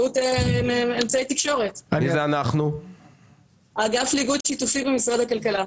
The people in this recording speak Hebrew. ראש אגף לאיגוד שיתופי במשרד הכלכלה.